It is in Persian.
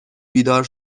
بیدار